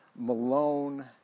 Malone